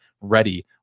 ready